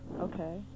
Okay